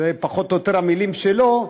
זה פחות או יותר המילים שלו,